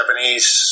Japanese